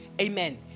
Amen